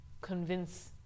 convince